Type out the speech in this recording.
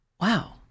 wow